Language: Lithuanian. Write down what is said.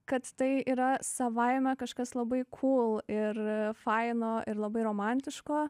kad tai yra savaime kažkas labai kūl ir faino ir labai romantiško